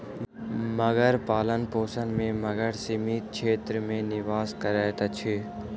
मगर पालनपोषण में मगर सीमित क्षेत्र में निवास करैत अछि